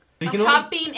Shopping